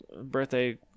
birthday